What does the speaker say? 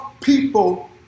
people